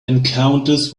encounters